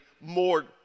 more